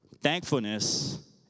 Thankfulness